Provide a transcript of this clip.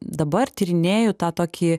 dabar tyrinėju tą tokį